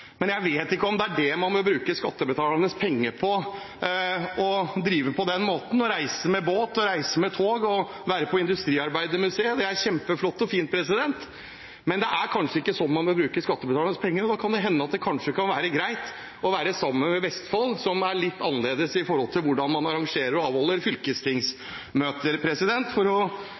men jeg vet ikke om det er det man bør bruke skattebetalernes penger på – å drive på den måten, reise med båt og tog og være på industriarbeidermuseet. Det er kjempeflott og fint, men det er kanskje ikke sånn man bør bruke skattebetalernes penger. Da kan det hende at det kanskje kan være greit å være sammen med Vestfold, som er litt annerledes når det gjelder hvordan man arrangerer og avholder fylkestingsmøter, for kanskje å bruke pengene på de gode tjenestene til innbyggerne i stedet for å